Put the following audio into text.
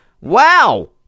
wow